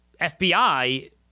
FBI